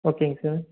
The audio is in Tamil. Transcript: ஓகேங்க சார்